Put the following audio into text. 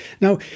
Now